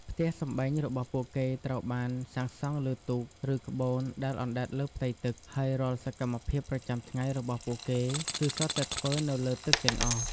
ផ្ទះសម្បែងរបស់ពួកគេត្រូវបានសាងសង់លើទូក ឬក្បូនដែលអណ្ដែតលើផ្ទៃទឹក ហើយរាល់សកម្មភាពប្រចាំថ្ងៃរបស់ពួកគេគឺសុទ្ធតែធ្វើនៅលើទឹកទាំងអស់។